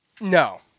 No